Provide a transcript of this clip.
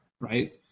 right